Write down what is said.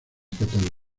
catálogo